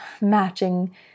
matching